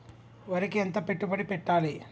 వరికి ఎంత పెట్టుబడి పెట్టాలి?